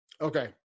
Okay